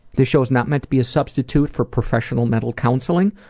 this show is not meant to be a substitute for professional mental counseling.